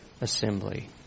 assembly